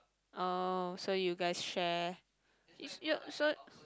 oh so you guys share is your so